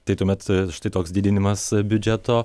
tai tuomet štai toks didinimas biudžeto